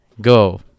go